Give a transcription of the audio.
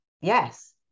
Yes